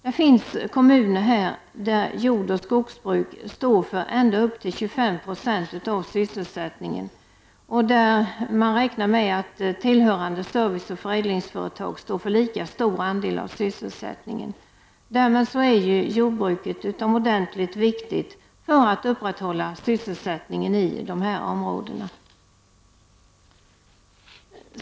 Det finns här kommuner där jordoch skogsbruk står för ända upp till 25 90 av sysselsättningen, och där räknar man med att tillhörande serviceoch förädlingsföretag står för lika stor andel av sysselsättningen. Därmed är jordbruket utomordentligt viktigt för att upprätthålla sysselsättningen i dessa områden.